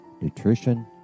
nutrition